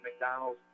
McDonald's